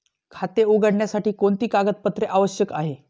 खाते उघडण्यासाठी कोणती कागदपत्रे आवश्यक आहे?